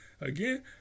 Again